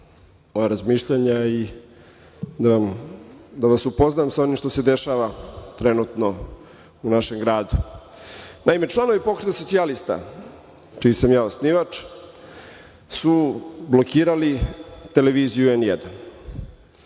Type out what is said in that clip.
razmišljanja i da vas upoznam sa onim šta se dešava trenutno u našem gradu. Naime, članovi Pokreta socijalista, čiji sam ja osnivač, su blokirali Televiziju N1.